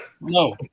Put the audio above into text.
no